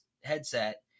headset